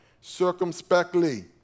circumspectly